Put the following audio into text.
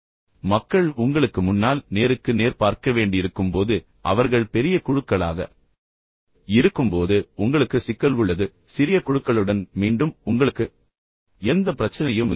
ஆனால் மக்கள் உங்களுக்கு முன்னால் நேருக்கு நேர் பார்க்க வேண்டியிருக்கும் போது அவர்கள் பெரிய குழுக்களாக இருக்கும்போது உங்களுக்கு சிக்கல் உள்ளது சிறிய குழுக்களுடன் மீண்டும் உங்களுக்கு எந்த பிரச்சனையும் இல்லை